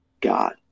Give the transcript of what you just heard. God